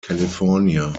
california